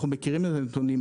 אנחנו מכירים את הנתונים.